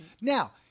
Now